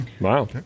Wow